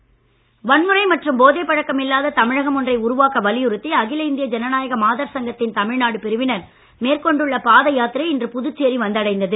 பாதயாத்திரை வன்முறை மற்றும் போதை பழக்கம் இல்லாத தமிழகம் ஒன்றை உருவாக்க வலியுறுத்தி அகில இந்திய ஜனநாயக மாதர் சங்கத்தின் தமிழ்நாடு பிரிவினர் மேற்கொண்டுள்ள பாதயாத்திரை இன்று புதுச்சேரி வந்தடைந்தது